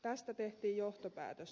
tästä tehtiin johtopäätös